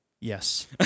Yes